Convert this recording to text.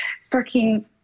sparking